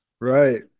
Right